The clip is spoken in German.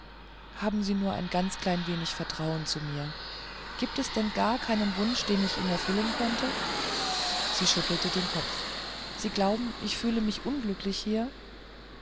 haben sie nur ein ganz klein wenig vertrauen zu mir gibt's denn gar keinen wunsch den ich ihnen erfüllen könnte sie schüttelte den kopf sie glauben ich fühle mich unglücklich hier